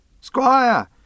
Squire